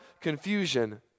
confusion